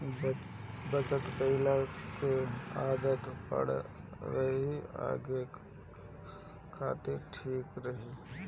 बचत कईला के आदत पड़ल रही त आगे खातिर ठीक रही